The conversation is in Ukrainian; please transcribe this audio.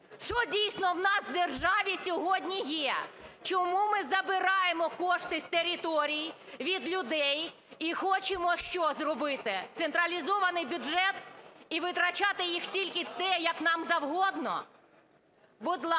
Що, дійсно, у нас, в державі сьогодні є? Чому ми забираємо кошти з територій, від людей? І хочемо що зробити, централізований бюджет? І витрачати їх тільки так, як нам завгодно? Будь ласка,